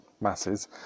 masses